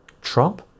trump